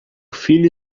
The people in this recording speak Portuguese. filho